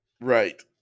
right